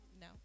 No